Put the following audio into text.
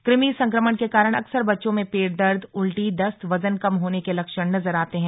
क्रमि संक्रमण के कारण अकसर बच्चों में पेट दर्द उल्टी दस्त वजन कम होने के लक्षण नजर आते हैं